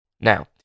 Now